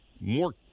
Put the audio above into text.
more